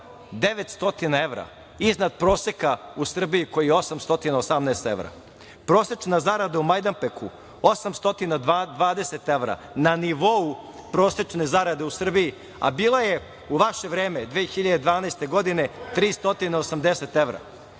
900 evra, iznad proseka u Srbiji koji je 818 evra. Prosečna zarada u Majdanpeku 820 evra, na nivou prosečne zarade u Srbiji, a bila je u vaše vreme 2012. godine 380 evra,